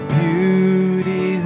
beauty